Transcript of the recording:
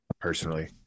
personally